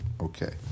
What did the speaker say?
Okay